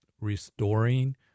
restoring